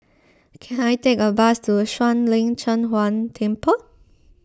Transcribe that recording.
can I take a bus to Shuang Lin Cheng Huang Temple